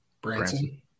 Branson